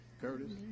Curtis